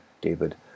David